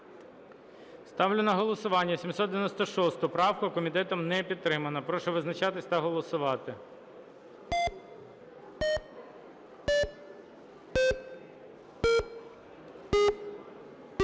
Ставлю на голосування 796 правку. Комітетом не підтримана. Прошу визначатись та голосувати.